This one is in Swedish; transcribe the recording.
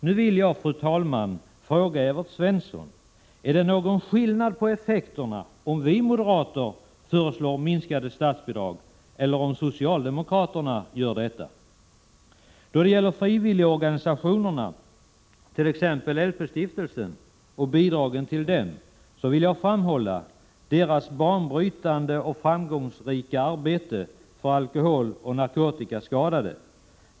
Nu vill jag, fru talman, fråga Evert Svensson: Är det någon skillnad på effekterna om vi moderater föreslår minskade statsbidrag eller om socialdemokraterna gör det? Då det gäller frivilligorganisationerna, t.ex. LP-stiftelsen, och bidragen till dem vill jag framhålla deras banbrytande och framgångsrika arbete för alkoholoch narkotikaskadade.